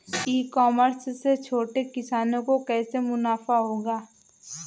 ई commerce से छोटे किसानों को कैसे मुनाफा होगा?